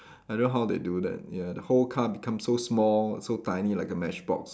I don't know how they do that ya the whole car become so small so tiny like a matchbox